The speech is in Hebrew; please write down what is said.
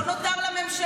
לא, לא נותר לממשלה.